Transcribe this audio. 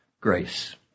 grace